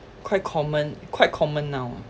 quite common quite common now ah